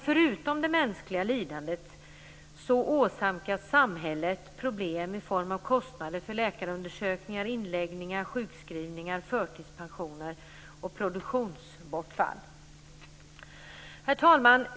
Förutom det mänskliga lidandet åsamkas samhället problem i form av kostnader för läkarundersökningar, inläggningar, sjukskrivningar, förtidspensioner och produktionsbortfall. Herr talman!